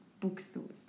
bookstores